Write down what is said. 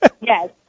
Yes